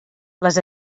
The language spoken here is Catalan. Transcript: les